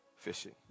fishing